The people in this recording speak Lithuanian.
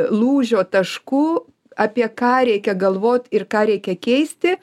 lūžio tašku apie ką reikia galvot ir ką reikia keisti